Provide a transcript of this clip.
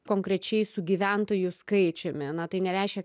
konkrečiai su gyventojų skaičiumi na tai nereiškia